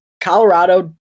Colorado